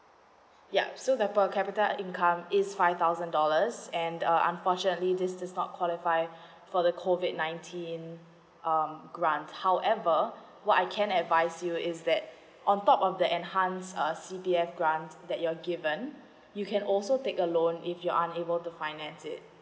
yup so the per capita income is five thousand dollars and uh unfortunately this is not qualify for the COVID nineteen um grant however what I can advise you is that on top of that enhance err C_P_F grant that you're given you can also take a loan if you're unable to finance it